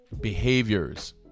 behaviors